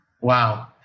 Wow